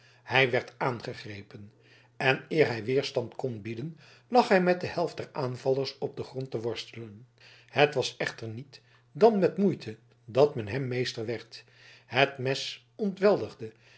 hij werd aangegrepen en eer hij weerstand kon bieden lag hij met de helft der aanvallers op den grond te worstelen het was echter niet dan met moeite dat men hem meester werd het mes ontweldigde